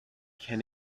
can